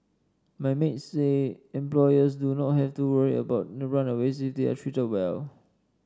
but maid say employers do not have to worry about the runaways they are treated well